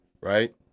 right